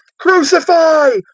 crucify,